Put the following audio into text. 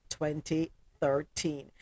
2013